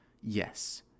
yes